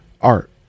art